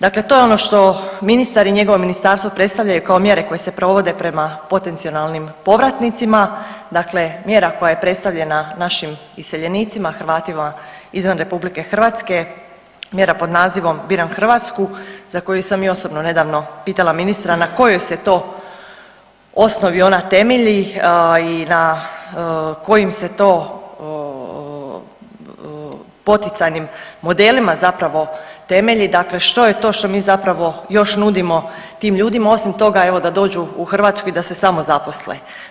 Dakle, to je ono što ministar i njegovo ministarstvo predstavljaju kao mjere koje se provode prema potencionalnim povratnicima, dakle mjera koja je predstavljena našim iseljenicima Hrvatima izvan RH mjera pod nazivom Biram Hrvatsku za koju sam i osobno nedavno pitala ministra na kojoj se to osnovi ona temelji i na kojim se to poticajnim modelima zapravo temelji, dakle što je to što mi zapravo još nudimo tim ljudima osim toga evo da dođu u Hrvatsku i da se samozaposle.